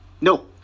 No